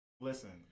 Listen